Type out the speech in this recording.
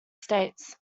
states